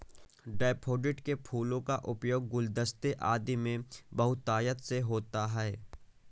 daffodil के फूलों का उपयोग गुलदस्ते आदि में बहुतायत से होता है